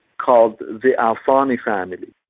called the al thani family.